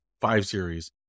five-series